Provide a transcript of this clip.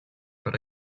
but